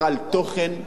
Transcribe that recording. פחות על הערוץ.